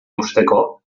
eusteko